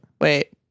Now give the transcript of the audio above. Wait